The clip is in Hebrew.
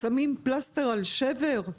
שמים פלסטר על שבר?